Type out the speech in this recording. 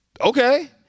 Okay